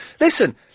Listen